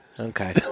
Okay